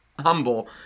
humble